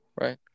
right